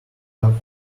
from